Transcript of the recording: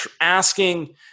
asking –